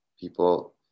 People